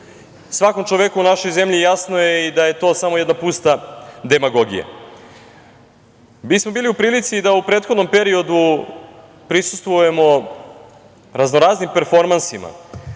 svakom čoveku u našoj zemlji jasno je i da je to samo jedna pusta demagogija. Mi smo bili u prilici da u prethodnom periodu prisustvujemo raznoraznim performansima,